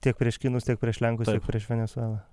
tiek prieš kinus tiek prieš lenkus tiek prieš venesuelą